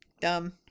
Dumb